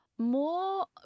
more